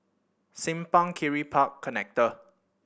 Simpang Kiri Park Connector